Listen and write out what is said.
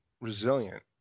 resilient